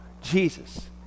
Jesus